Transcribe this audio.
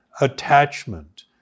attachment